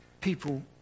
people